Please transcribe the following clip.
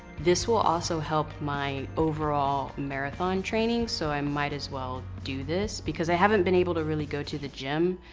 this will also help my overall marathon training. so, i might as well do this. because, i haven't been able to really go to the gym,